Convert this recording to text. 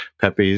Pepe's